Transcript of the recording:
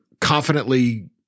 confidently